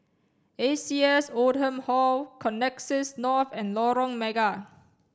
A C S Oldham Hall Connexis North and Lorong Mega